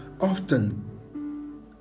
often